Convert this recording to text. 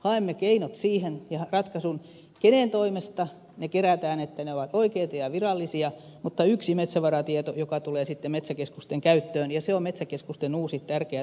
haemme keinot ja ratkaisun siihen kenen toimesta ne kerätään että ne ovat oikeita ja virallisia mutta yksi metsävaratieto tulee sitten metsäkeskusten käyttöön ja se on metsäkeskusten uusi tärkeä työväline